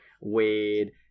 Wade